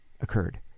occurred